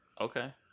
Okay